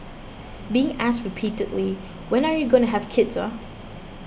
being asked repeatedly when are you going to have kids ah